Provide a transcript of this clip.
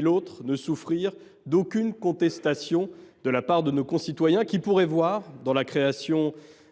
doivent souffrir d’aucune contestation de la part de nos concitoyens, qui pourraient voir dans la création